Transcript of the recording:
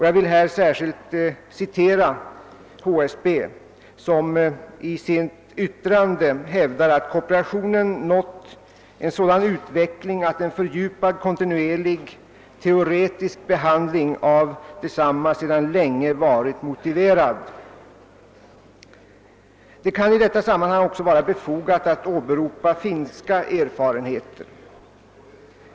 Jag vill särskilt hänvisa till att det i HSB:s yttrande hävdas, »att kooperationen nått en sådan utveckling att en fördjupad kontinuerlig teoretisk behandling av densamma sedan länge varit motiverad«. Det kan i detta sammanhang vara befogat att åberopa finska erfarenheter.